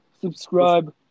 Subscribe